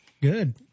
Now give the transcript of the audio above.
Good